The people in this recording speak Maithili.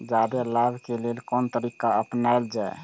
जादे लाभ के लेल कोन तरीका अपनायल जाय?